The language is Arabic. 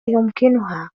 يمكنها